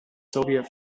soviet